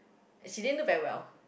she didn't do very well